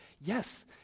yes